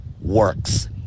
works